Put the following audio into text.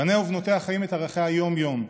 בניה ובנותיה חיים את ערכיה יום-יום.